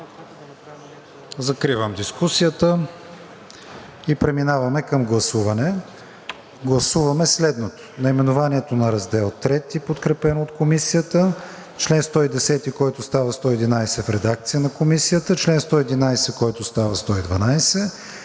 Закривам дискусията и преминаваме към гласуване. Гласуваме следното: наименованието на Раздел III, подкрепен от Комисията; чл. 110, който става чл. 111 в редакция на Комисията; чл. 111, който става чл.